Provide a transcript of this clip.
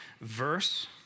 verse